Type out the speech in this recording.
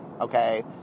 okay